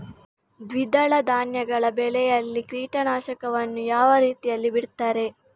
ದ್ವಿದಳ ಧಾನ್ಯಗಳ ಬೆಳೆಯಲ್ಲಿ ಕೀಟನಾಶಕವನ್ನು ಯಾವ ರೀತಿಯಲ್ಲಿ ಬಿಡ್ತಾರೆ?